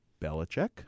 Belichick